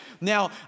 Now